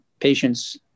patients